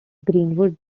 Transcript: greenwood